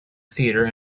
theatre